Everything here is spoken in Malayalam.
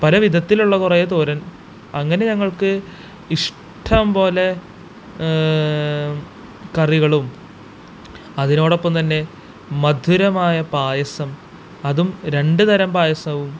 പലവിധത്തിലുള്ള കുറേ തോരന് അങ്ങനെ ഞങ്ങള്ക്ക് ഇഷ്ടം പോലെ കറികളും അതിനോടൊപ്പം തന്നെ മധുരമായ പായസം അതും രണ്ട് തരം പായസവും